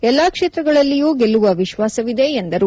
ಎಲ್ಲಾ ಕ್ಷೇತ್ರಗಳಲ್ಲಿಯೂ ಗೆಲ್ಲುವ ವಿಶ್ಲಾಸವಿದೆ ಎಂದರು